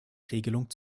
regelung